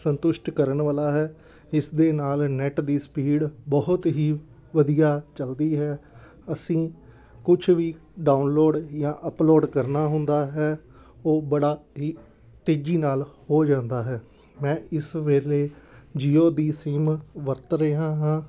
ਸੰਤੁਸ਼ਟ ਕਰਨ ਵਾਲਾ ਹੈ ਇਸ ਦੇ ਨਾਲ ਨੈੱਟ ਦੀ ਸਪੀਡ ਬਹੁਤ ਹੀ ਵਧੀਆ ਚਲਦੀ ਹੈ ਅਸੀਂ ਕੁਛ ਵੀ ਡਾਊਨਲੋਡ ਜਾਂ ਅਪਲੋਡ ਕਰਨਾ ਹੁੰਦਾ ਹੈ ਉਹ ਬੜਾ ਹੀ ਤੇਜ਼ੀ ਨਾਲ ਹੋ ਜਾਂਦਾ ਹੈ ਮੈਂ ਇਸ ਵੇਲੇ ਜੀਓ ਦੀ ਸਿੰਮ ਵਰਤ ਰਿਹਾ ਹਾਂ